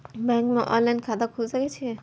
Bank में online खाता खुल सके छे?